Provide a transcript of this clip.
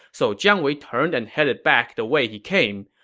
so jiang wei turned and headed back the way he came.